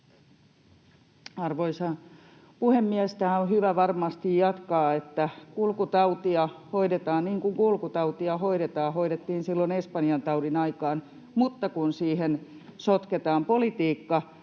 Arvoisa puhemies! Tähän on hyvä varmasti jatkaa, että kulkutautia hoidetaan niin kuin kulkutautia hoidetaan, hoidettiin silloin espanjantaudin aikaan, mutta kun siihen sotketaan politiikka,